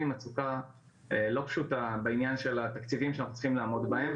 עם מצוקה לא פשוטה בעניין של התקציבים שאנחנו צריכים לעמוד בהם,